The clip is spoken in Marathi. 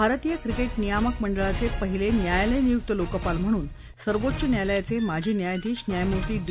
भारतीय क्रिके नियामक मंडळाचे पहिले न्यायालयनियुक्त लोकपाल म्हणून सर्वोच्च न्यायालयाचे माजी न्यायाधीश न्यायमूर्ती डी